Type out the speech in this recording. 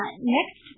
next